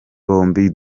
bombi